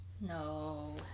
No